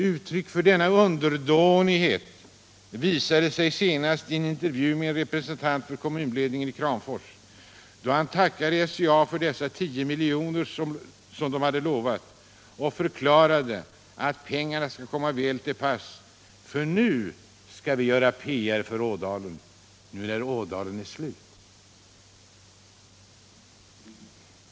Uttryck för denna underdånighet gavs senast i en intervju med en representant för kommunledningen i Kramfors, då han tackade SCA för de 10 milj.kr. som bolaget hade lovat. Han förklarade att pengarna kommer väl till pass nu när man skall göra PR för Ådalen, nu när Ådalen är slut!